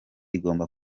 igomba